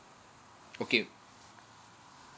okay